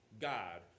God